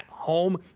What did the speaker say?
home